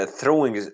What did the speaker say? throwing